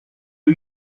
who